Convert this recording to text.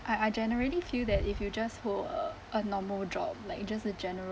I I generally feel that if you just hold uh a normal job like just a general